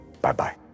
bye-bye